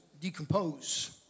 decompose